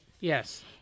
Yes